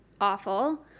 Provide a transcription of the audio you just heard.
awful